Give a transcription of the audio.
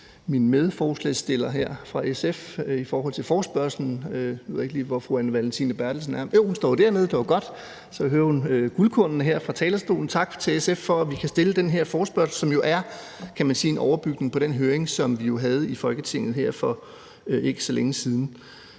min medforspørger fra SF til forespørgslen. Jeg ved ikke lige, hvor fru Anne Valentina Berthelsen er – jo, hun står dernede, så kan hun høre mine guldkorn her fra talerstolen. Tak til SF, for at vi kan stille den her forespørgsel, som man jo kan sige er en overbygning på den høring, som vi havde i Folketinget for ikke så længe siden.